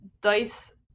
Dice